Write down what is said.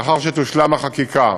לאחר שתושלם החקיקה.